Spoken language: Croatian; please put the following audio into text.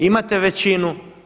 Imate većinu.